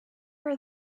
are